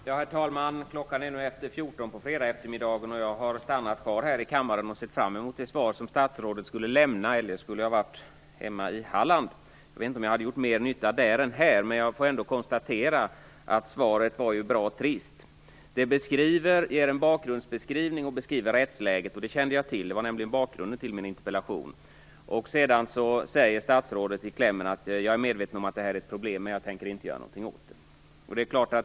Herr talman! Klockan är nu efter 14 på fredagseftermiddagen, och jag har stannat kvar här i kammaren och sett fram emot det svar som statsrådet skulle lämna. Eljest skulle jag ha varit hemma i Halland. Jag vet inte om jag hade gjort mer nytta där än här, men jag får ändå konstatera att svaret var bra trist. Det ger en bakgrundsbeskrivning och beskriver rättsläget, och det kände jag till. Det var nämligen bakgrunden till min interpellation. Sedan säger statsrådet i klämmen att han är medveten om att det är ett problem men att han inte tänker göra någonting åt det.